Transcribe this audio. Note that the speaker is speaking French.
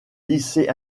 lycée